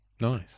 Nice